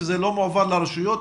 זה לא מועבר לרשויות?